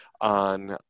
on